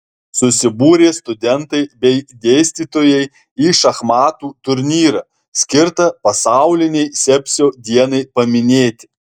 susibūrė studentai bei dėstytojai į šachmatų turnyrą skirtą pasaulinei sepsio dienai paminėti